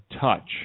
touch